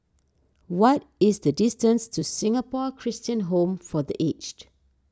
what is the distance to Singapore Christian Home for the Aged